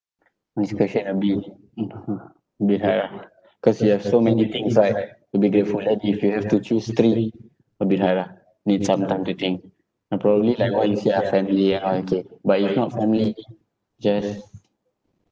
this question a bit a bit hard ah cause you have so many things right to be grateful and if you have to choose three a bit hard ah need some time to think ah probably like what you say ah family and all okay but if not family just